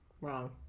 Wrong